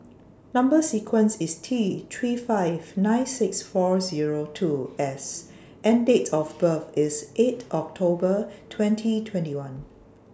Number sequence IS T three five nine six four Zero two S and Date of birth IS eight October twenty twenty one